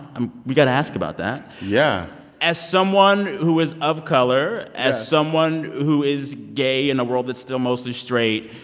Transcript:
i'm we got to ask about that yeah as someone who is of color. yes. as someone who is gay in a world that's still mostly straight,